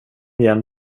igen